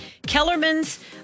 Kellerman's